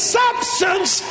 substance